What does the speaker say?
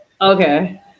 Okay